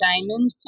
Diamond